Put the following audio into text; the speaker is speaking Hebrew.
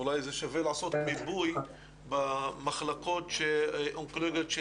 אולי שווה לעשות מיפוי במחלקות אונקולוגיות של